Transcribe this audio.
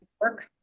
work